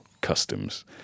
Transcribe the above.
customs